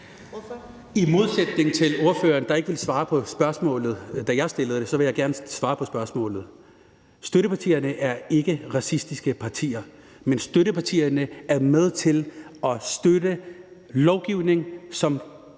I modsætning til ordføreren, der ikke ville svare på spørgsmålet, da jeg stillede det, vil jeg gerne svare på spørgsmålet. Støttepartierne er ikke racistiske partier, men støttepartierne er med til at støtte lovgivning, som